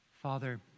Father